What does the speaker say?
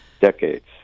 decades